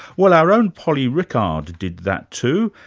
well our own polly rickard did that too,